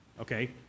Okay